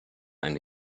eine